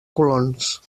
colons